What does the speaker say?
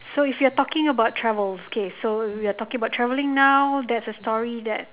so if you're talking about travels k so we're talking about traveling now that's a story that